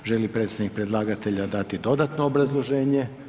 Želi li predstavnik predlagatelja dati dodatno obrazloženje?